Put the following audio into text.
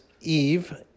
Eve